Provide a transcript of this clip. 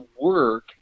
work